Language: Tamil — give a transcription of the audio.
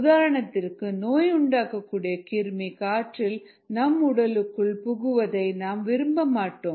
உதாரணத்திற்கு நோய் உண்டாக்கக்கூடிய கிருமி காற்றிலிருந்து நம் உடலுக்குள் புகுவதை நாம் விரும்ப மாட்டோம்